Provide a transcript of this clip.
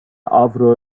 avro